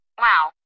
Wow